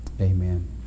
Amen